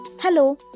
Hello